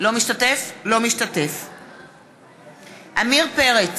לא משתתף עמיר פרץ,